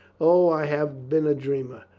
o, i have been a dreamer.